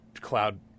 cloud